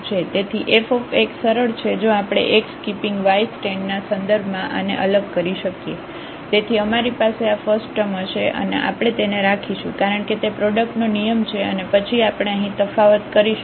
તેથીf સરળ છે જો આપણે x કીપિંગ y સ્ટેન્ટના સંદર્ભમાં આને અલગ કરીએ તેથી અમારી પાસે આ ફસ્ટ ટર્મ હશે આપણે તેને રાખીશું કારણ કે તે પ્રોડક્ટનો નિયમ છે અને પછી આપણે અહીં તફાવત કરીશું